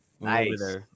nice